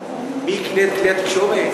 מי יקנה את כלי התקשורת,